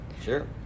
Sure